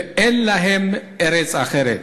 ואין להם ארץ אחרת.